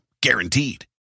Guaranteed